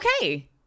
Okay